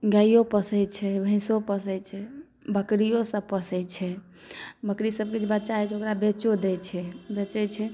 गायो पोसै छै भैंसों पोसै छै बकरियो सब पोसै छै बकरी सबके जे बच्चा होइ छै ओकरा बेचो दै छै बेचै छै